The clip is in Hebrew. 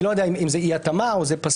אני לא יודע אם זה אי-התאמה או פסול.